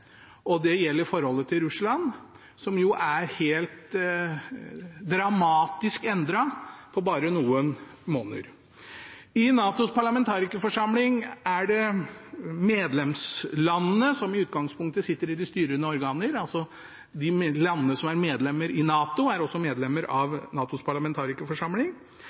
skjedd. Det gjelder forholdet til Russland, som jo er helt dramatisk endret på bare noen måneder. I NATOs parlamentarikerforsamling er det medlemslandene som i utgangspunktet sitter i de styrende organer. De landene som er medlemmer i NATO, er også medlemmer av NATOs parlamentarikerforsamling.